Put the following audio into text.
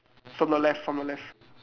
from the left from the left